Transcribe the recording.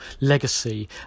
legacy